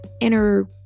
inner